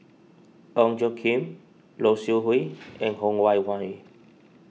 Ong Tjoe Kim Low Siew Nghee and Ho Wan Hui